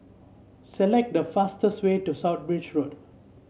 select the fastest way to South Bridge Road